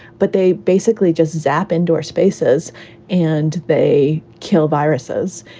but they basically just zap indoor spaces and they kill viruses.